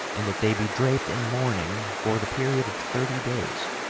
and that they be draped in mourning for the period of thirty days,